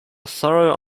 thorough